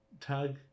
tag